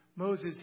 Moses